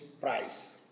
price